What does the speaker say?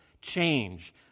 change